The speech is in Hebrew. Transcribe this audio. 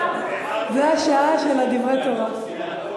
זו השעה של דברי תורה.